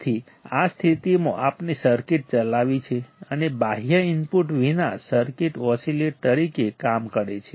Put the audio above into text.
તેથી આ સ્થિતિમાં આપણે સર્કિટ ચલાવી છે અને બાહ્ય ઇનપુટ વિના સર્કિટ ઓસિલેટર તરીકે કામ કરે છે